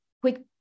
quick